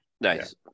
Nice